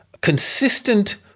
consistent